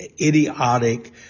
idiotic